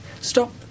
stop